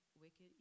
Wicked